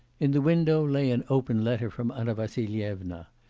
in the window lay an open letter from anna vassilyevna.